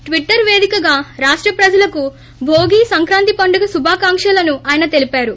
Twitter వేదికగా రాష్ట ప్రజలకు భోగి సంక్రాంతి పండుగ శుభాకాంక్షలను అయన తెలిపారు